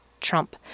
Trump